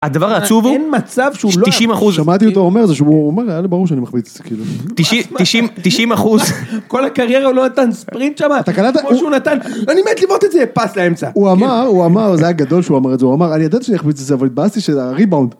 הדבר העצוב הוא ש90 אחוז, שמעתי אותו אומר זה שהוא אומר, היה לי ברור שאני מחפיץ כאילו, 90 אחוז, כל הקריירה הוא לא נתן ספרינט שם, כמו שהוא נתן, אני מת לבוא את זה פס לאמצע, הוא אמר, זה היה גדול שהוא אמר את זה, הוא אמר אני יודעת שאני מחמיץ את זה, אבל התבאסתי של הריבאונד,